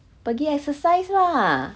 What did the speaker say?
pergi exercise lah